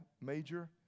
major